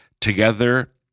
together